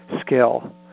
skill